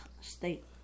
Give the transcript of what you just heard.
state